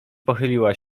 pochyliła